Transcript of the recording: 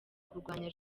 kurwanya